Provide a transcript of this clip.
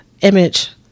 image